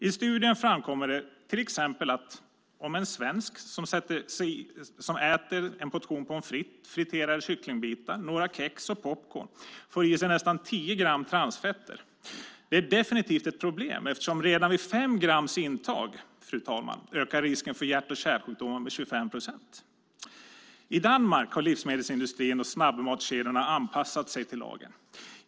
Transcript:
I studien framkommer det till exempel att en svensk som äter en portion pommes frites och friterade kycklingbitar och några kex och popcorn får i sig nästan 10 gram transfetter. Det är definitivt ett problem, eftersom redan vid 5 grams intag ökar risken för hjärt och kärlsjukdomar med 25 procent. I Danmark har livsmedelsindustrin och snabbmatskedjorna anpassat sig till lagen.